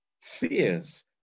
fears